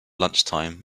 lunchtime